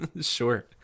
Sure